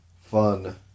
fun